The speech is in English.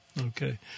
Okay